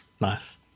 Nice